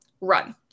run